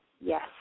Yes